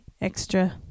extra